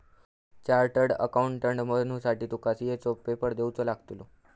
chartered accountant बनुसाठी तुका CA चो पेपर देवचो लागतलो